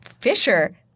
Fisher –